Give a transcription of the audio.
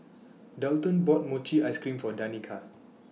Dalton bought Mochi Ice Cream For Danika